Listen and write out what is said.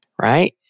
right